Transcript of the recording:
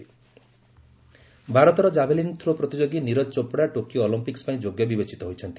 ନିରଜ ଚୋପ୍ଡା ଭାରତର javelin throw ପ୍ରତିଯୋଗୀ Neeraj Chopra Tokyo ଅଲିମ୍ପିକୁ ପାଇଁ ଯୋଗ୍ୟ ବିବେଚିତ ହୋଇଛନ୍ତି